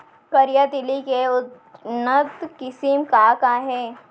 करिया तिलि के उन्नत किसिम का का हे?